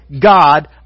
God